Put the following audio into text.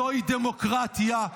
זוהי דמוקרטיה,